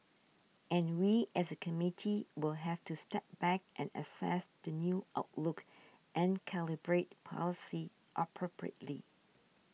and we as a committee will have to step back and assess the new outlook and calibrate policy appropriately